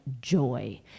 joy